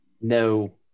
no